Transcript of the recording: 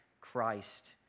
Christ